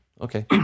Okay